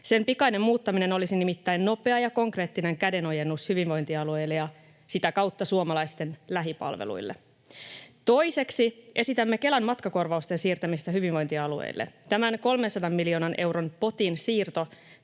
Sen pikainen muuttaminen olisi nimittäin nopea ja konkreettinen kädenojennus hyvinvointialueille ja sitä kautta suomalaisten lähipalveluille. Toiseksi esitämme Kelan matkakorvausten siirtämistä hyvinvointialueille. Tämän 300 miljoonan euron potin siirto